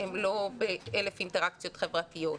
לא באלף אינטראקציות חברתיות,